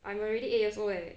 I am already eight years old eh